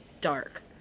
dark